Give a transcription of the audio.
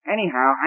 Anyhow